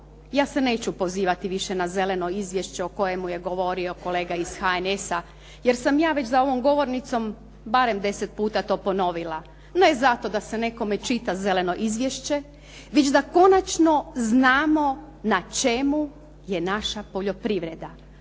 Ja se neću pozivati više na zeleno izvješće o kojemu je govorio kolega iz HNS-a, jer sam ja već za ovom govornicom barem 10 puta to ponovila. Ne zato da se nekome čita zeleno izvješće, već da konačno znamo na čemu je naša poljoprivreda.